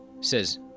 says